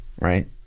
Right